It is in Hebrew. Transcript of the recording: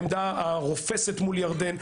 העמדה הרופסת מול ירדן.